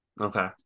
Okay